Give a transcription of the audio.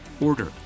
order